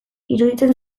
iruditzen